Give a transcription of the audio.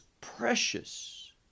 precious